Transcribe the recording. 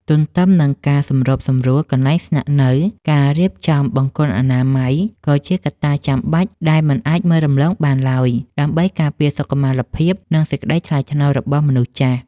ទន្ទឹមនឹងការសម្របសម្រួលកន្លែងស្នាក់នៅ ការរៀបចំបង្គន់អនាម័យ ក៏ជាកត្តាចាំបាច់ដែលមិនអាចមើលរំលងបានឡើយ ដើម្បីការពារសុខុមាលភាព និងសេចក្តីថ្លៃថ្នូររបស់មនុស្សចាស់។